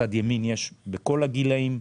ובצד ימין רואים בכל הגילאים.